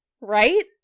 Right